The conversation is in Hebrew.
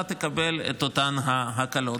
אתה תקבל את אותן ההקלות.